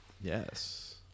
Yes